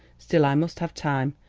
still, i must have time.